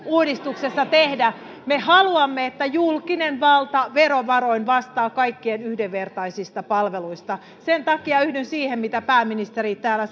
uudistuksessa tehdä me haluamme että julkinen valta verovaroin vastaa kaikkien yhdenvertaisista palveluista sen takia yhdyn siihen mitä pääministeri täällä